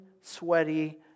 sweaty